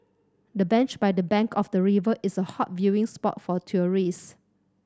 the bench by the bank of the river is a hot viewing spot for tourist